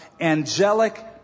angelic